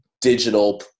digital